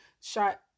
shot